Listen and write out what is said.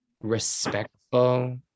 respectful